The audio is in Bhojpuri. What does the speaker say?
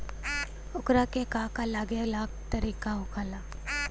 ओकरा के का का लागे ला का तरीका होला?